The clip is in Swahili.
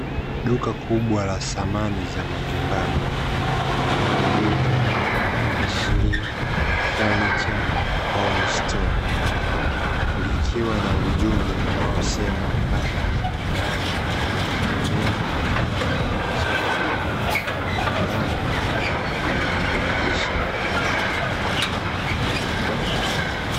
Duka kubwa la samani za majumbani linaloitwa "Ashley furniture Home store", likiwa na ujumbe unaosema hapa ni nyumbani, pembeni kukiwa na picha na bango lenye maandishi mekundu.